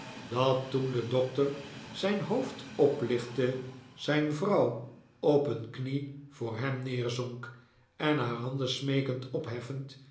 dat toen de doctor zijn hoofd oplichtte zijn vrouw op een knie voor hem neerzonk en haar handen smeekend opheffend